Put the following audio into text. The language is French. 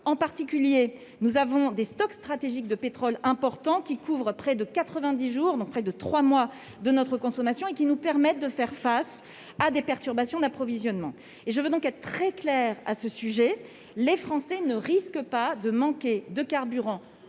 en particulier, nous avons des stocks stratégiques de pétrole important qui couvre près de 90 jours dans près de 3 mois de notre consommation et qui nous permettent de faire face à des perturbations d'approvisionnement et je vais donc être très clair à ce sujet, les Français ne risque pas de manquer de carburant